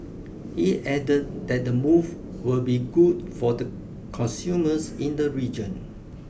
he added that the move will be good for the consumers in the region